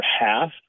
half